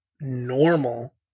normal